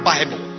Bible